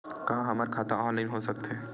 का हमर खाता ऑनलाइन हो सकथे?